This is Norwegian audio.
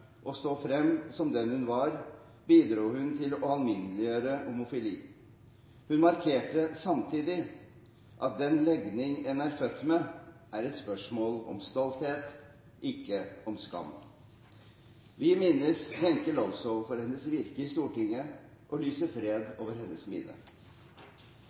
stå frem som den hun var, bidro hun til å alminneliggjøre homofili. Hun markerte samtidig at den legning en er født med, er et spørsmål om stolthet, ikke om skam. Vi minnes Wenche Lowzow for hennes virke i Stortinget og lyser fred